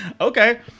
Okay